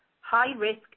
high-risk